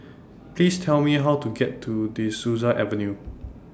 Please Tell Me How to get to De Souza Avenue